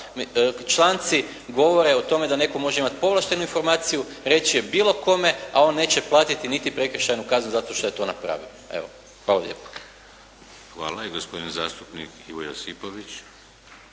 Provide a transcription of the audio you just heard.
Članci govore o tome da netko može imati povlaštenu informaciju, reći je bilo kome, a on neće platiti niti prekršajnu kaznu zato što je to napravio. Evo, hvala lijepo. **Šeks, Vladimir (HDZ)** Hvala. I gospodin zastupnik Ivo Josipović.